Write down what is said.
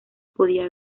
podía